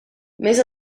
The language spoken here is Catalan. més